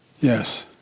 Yes